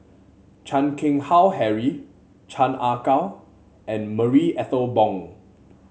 Chan Keng Howe Harry Chan Ah Kow and Marie Ethel Bong